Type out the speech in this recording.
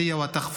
תודה.